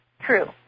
True